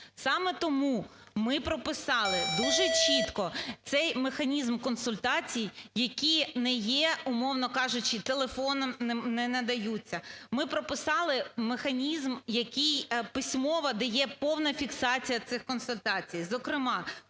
Саме тому ми прописали дуже чітко цей механізм консультацій, які не є, умовно кажучи, телефоном не надаються. Ми прописали механізм, який письмово дає, повна фіксація цих консультацій.